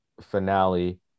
finale